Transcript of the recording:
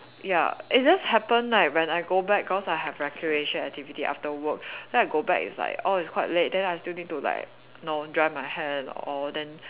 ya it just happen like when I go back cause I have recreation activity after work then I go back it's like oh it's quite late then I still need to like know dry my hair and all then